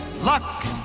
luck